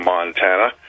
Montana